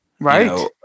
Right